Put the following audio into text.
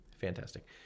Fantastic